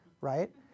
Right